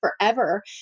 forever